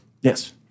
Yes